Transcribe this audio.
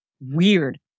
weird